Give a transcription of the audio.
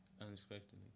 Unexpectedly